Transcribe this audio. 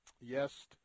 yes